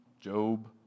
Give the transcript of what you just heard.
Job